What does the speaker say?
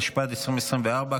התשפ"ד 2024,